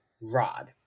Rod